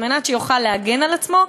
כדי שיוכל להגן על עצמו.